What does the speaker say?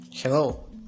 Hello